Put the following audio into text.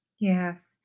Yes